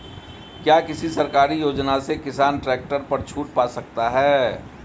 क्या किसी सरकारी योजना से किसान ट्रैक्टर पर छूट पा सकता है?